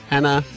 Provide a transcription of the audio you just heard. Anna